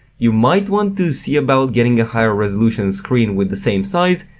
you might want to see about getting a higher resolution screen with the same size,